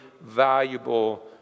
valuable